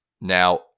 Now